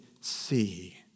see